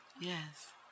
Yes